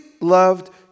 loved